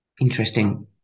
Interesting